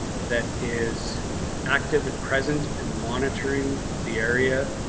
that is active and present and monitoring the area.